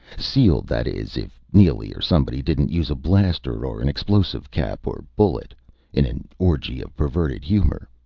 sealed, that is, if neely or somebody didn't use a blaster or an explosive cap or bullet in an orgy of perverted humor.